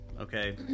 Okay